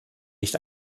nicht